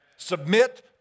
Submit